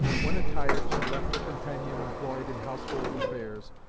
when attired, she left her companion employed in household affairs,